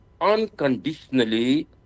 unconditionally